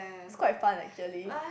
is quite fun actually